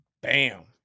Bam